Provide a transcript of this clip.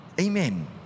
Amen